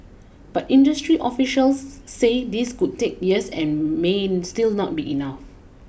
but industry officials say this could take years and may still not be enough